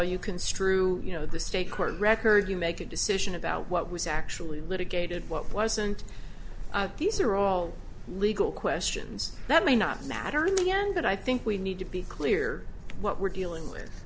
you construe you know the state court record you make a decision about what was actually litigated what wasn't these are all legal questions that may not matter in the end but i think we need to be clear what we're dealing with